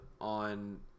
on